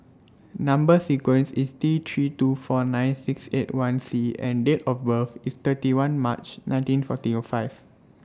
Number sequence IS T three two four nine six eight one C and Date of birth IS thirty one March nineteen forty five